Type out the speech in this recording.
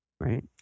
Right